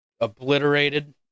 obliterated